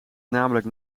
namelijk